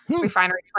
Refinery